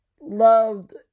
loved